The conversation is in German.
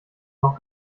noch